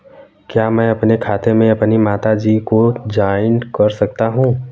क्या मैं अपने खाते में अपनी माता जी को जॉइंट कर सकता हूँ?